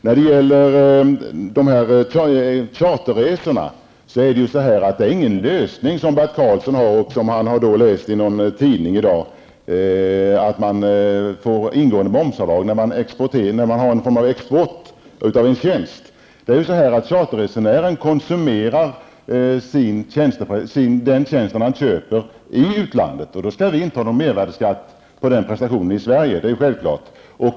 När det gäller charterresorna är det som Bert Karlsson säger och som han har läst i någon tidning i dag, nämligen att man får avdrag för ingående moms när man har någon form av export av en tjänst, men det är inte någon lösning. Charterresenären konsumerar den tjänst han köper i utlandet. Och då skall vi inte ha någon mervärdeskatt på denna prestation i Sverige. Det är självklart.